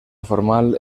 formal